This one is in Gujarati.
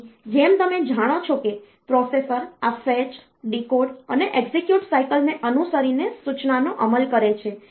તેથી જેમ તમે જાણો છો કે પ્રોસેસર આ ફેચ ડીકોડ અને એક્ઝિક્યુટ સાયકલને અનુસરીને સૂચનાનો અમલ કરે છે